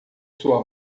sua